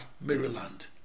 Maryland